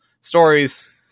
stories